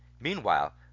Meanwhile